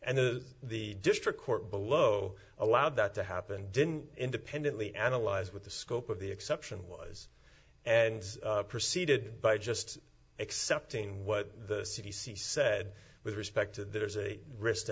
and the the district court below allowed that to happen didn't independently analyze what the scope of the exception was and proceeded by just accepting what the c d c said with respect to there's a risk to